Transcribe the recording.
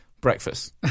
Breakfast